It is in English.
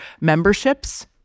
memberships